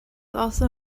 also